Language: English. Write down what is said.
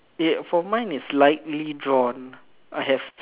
ya for mine it's lightly drawn I have s~